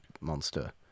monster